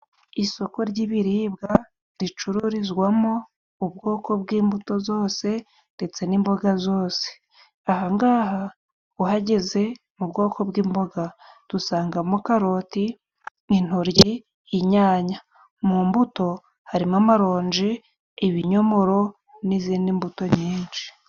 Isoko ry'ibiribwa ricururizwamo ubwoko bw'imbuto zose ndetse n'imboga zose. Aha ngaha uhageze mu bwoko bw'imboga dusangamo karoti, intoryi, inyanya. Mu mbuto harimo amaronji, ibinyomoro n'izindi mbuto nyinshi.